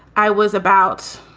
i was about